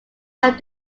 have